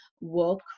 work